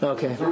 Okay